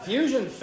Fusion